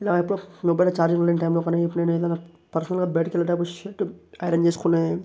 లేకపోతే మొబైల్లో చార్జింగ్ లేని టైమ్లో కానీ ఎప్పుడైనా ఏదైనా పర్సనల్గా బయటకి వెళ్ళే టైమ్లో షర్ట్ ఐరన్ చేసుకునే